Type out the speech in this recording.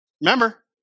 Remember